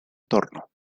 torno